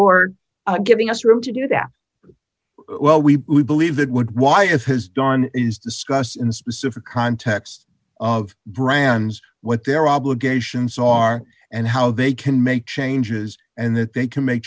for giving us room to do that well we believe that would why it has done is discuss in specific context of brands what their obligations are and how they can make changes and that they can make